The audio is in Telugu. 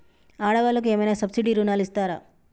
ఆడ వాళ్ళకు ఏమైనా సబ్సిడీ రుణాలు ఇస్తారా?